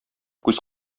күз